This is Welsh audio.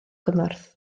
gymorth